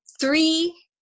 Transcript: three